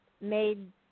made